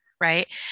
right